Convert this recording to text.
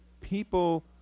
people